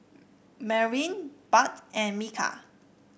Merwin Budd and Micah